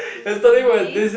really